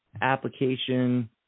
application